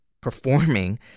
performing